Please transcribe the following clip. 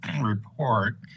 report